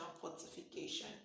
fortification